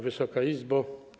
Wysoka Izbo!